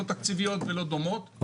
לא תקציביות ולא דומות,